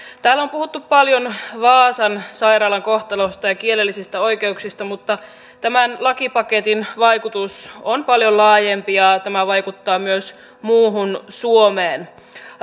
täällä on puhuttu paljon vaasan sairaalan kohtalosta ja kielellisistä oikeuksista mutta tämän lakipaketin vaikutus on paljon laajempi ja tämä vaikuttaa myös muuhun suomeen